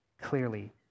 Clearly